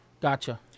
Gotcha